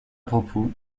propos